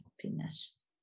happiness